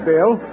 Bill